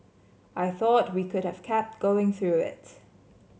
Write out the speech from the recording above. I thought we could have kept going through it